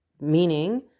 meaning